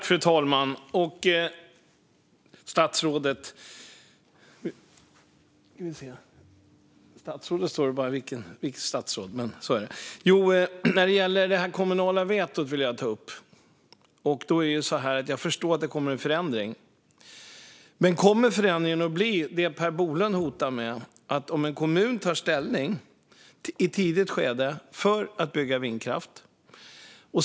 Fru talman! Jag vill ta upp det kommunala vetot. Jag förstår att det kommer en förändring, men kommer förändringen att bli den som Per Bolund hotar med? Låt oss säga att en kommun i ett tidigt skede tar ställning för att man ska bygga vindkraft.